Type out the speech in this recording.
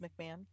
McMahon